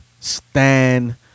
Stan